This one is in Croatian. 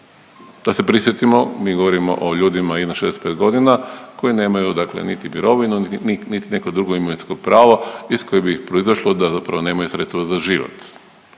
Da se prisjetimo, mi govorimo o ljudima iznad 65.g. koji nemaju dakle niti mirovinu, niti neko drugo imovinsko pravo iz kojeg bi proizašlo da zapravo nemaju sredstva za život.